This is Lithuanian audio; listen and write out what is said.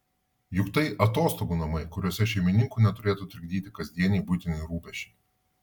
juk tai atostogų namai kuriuose šeimininkų neturėtų trikdyti kasdieniai buitiniai rūpesčiai